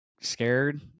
scared